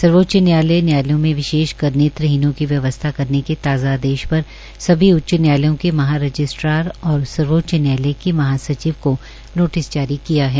सर्वोच्च न्यायलय न्यायालयों में विशेषकर नेत्रहीनों की लिए व्यवस्था करने के ताज़ा आदेश पर सभी उच्च न्यायालयो के महा रजिस्ट्रार और सर्वोच्च न्यायालय के महासचिव को नोटिस जारी किया है